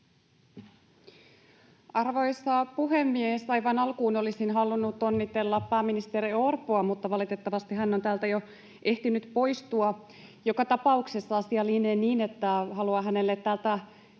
Arvoisa puhemies! Aivan alkuun olisin halunnut onnitella pääministeri Orpoa, mutta valitettavasti hän on täältä jo ehtinyt poistua. Joka tapauksessa asia lienee niin, että haluan hänelle täältä